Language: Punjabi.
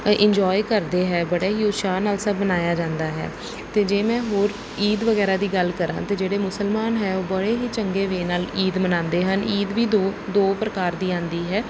ਇੰਜੋਏ ਕਰਦੇ ਹੈ ਬੜੇ ਹੀ ਉਤਸ਼ਾਹ ਨਾਲ ਸਭ ਮਨਾਇਆ ਜਾਂਦਾ ਹੈ ਅਤੇ ਜੇ ਮੈਂ ਹੋਰ ਈਦ ਵਗੈਰਾ ਦੀ ਗੱਲ ਕਰਾਂ ਤਾਂ ਜਿਹੜੇ ਮੁਸਲਮਾਨ ਹੈ ਉਹ ਬੜੇ ਹੀ ਚੰਗੇ ਵੇਅ ਨਾਲ ਈਦ ਮਨਾਉਂਦੇ ਹਨ ਈਦ ਵੀ ਦੋ ਦੋ ਪ੍ਰਕਾਰ ਦੀ ਆਉਂਦੀ ਹੈ